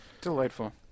Delightful